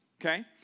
okay